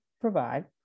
provide